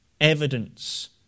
evidence